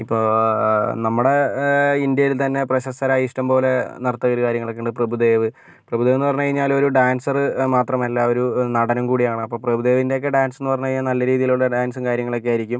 ഇപ്പോൾ നമ്മുടെ ഇന്ത്യയിൽ തന്നെ പ്രശസ്തരായ ഇഷ്ടംപോലെ നർത്തകർ കാര്യങ്ങളൊക്കെ ഉണ്ട് പ്രഭുദേവ് പ്രഭുദേവ് എന്ന് പറഞ്ഞു കഴിഞ്ഞാൽ ഒരു ഡാൻസർ മാത്രമല്ല ഒരു നടനും കൂടിയാണ് അപ്പോൾ പ്രഭുദേവിൻ്റെ ഒകെ ഡാൻസ് എന്ന് പറഞ്ഞ് കഴിഞ്ഞാൽ നല്ല രീതിയിൽ ഉള്ള ഡാൻസും കാര്യങ്ങളും ഒക്കെ ആയിരിക്കും